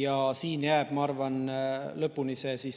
ja siin jääb, ma arvan, lõpuni see